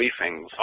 briefings